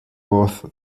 worth